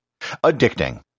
addicting